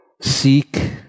seek